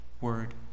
word